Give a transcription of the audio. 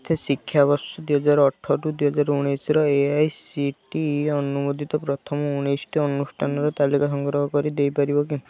ମୋତେ ଶିକ୍ଷାବର୍ଷ ଦୁଇହଜାର ଅଠର ଦୁଇହଜାର ଉଣେଇଶର A I C T E ଅନୁମୋଦିତ ପ୍ରଥମ ଉଣେଇଶଟି ଅନୁଷ୍ଠାନର ତାଲିକା ସଂଗ୍ରହ କରି ଦେଇପାରିବ କି